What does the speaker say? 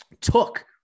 took